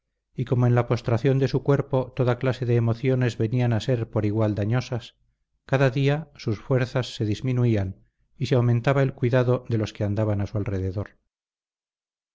y como en la postración de su cuerpo toda clase de emociones venían a ser por igual dañosas cada día sus fuerzas se disminuían y se aumentaba el cuidado de los que andaban a su alrededor